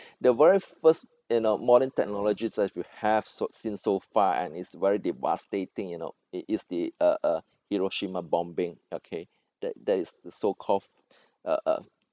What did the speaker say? the very first you know modern technology that we have seen so far and it's very devastating you know it is the uh uh hiroshima bombing okay that that is the so called uh uh